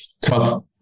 tough